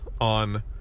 on